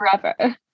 forever